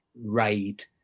raid